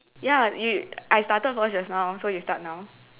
ya you I started first just now so you start now